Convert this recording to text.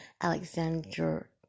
Alexander